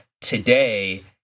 today